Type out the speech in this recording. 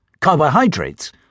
carbohydrates